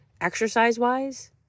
exercise-wise